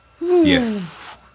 Yes